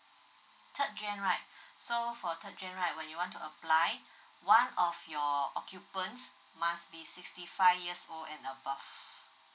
third gen right so for third gen right when you want to apply one of your occupant must be sixty five years old and above